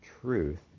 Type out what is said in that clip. truth